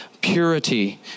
purity